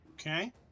Okay